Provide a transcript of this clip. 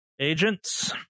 Agents